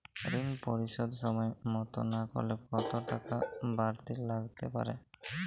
ঋন পরিশোধ সময় মতো না করলে কতো টাকা বারতি লাগতে পারে?